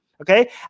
okay